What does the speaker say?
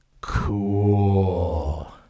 Cool